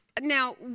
now